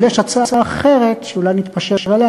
אבל יש הצעה אחרת שאולי נתפשר עליה,